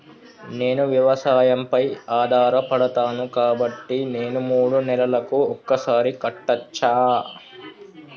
నేను వ్యవసాయం పై ఆధారపడతాను కాబట్టి నేను మూడు నెలలకు ఒక్కసారి కట్టచ్చా?